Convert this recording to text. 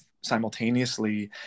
simultaneously